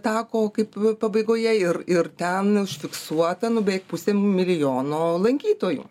tako kaip pabaigoje ir ir ten užfiksuota nu beveik pusę milijono lankytojų